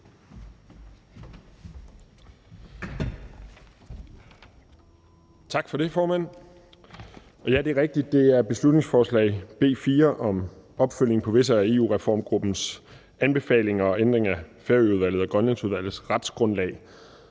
Tak for det, formand. Og ja, det er rigtigt, at vi nu behandler beslutningsforslag B 4 om opfølgning på visse af EU-reformgruppens anbefalinger og ændring af Færøudvalgets og Grønlandsudvalgets retsgrundlag.